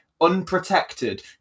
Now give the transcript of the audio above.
unprotected